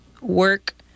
work